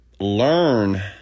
learn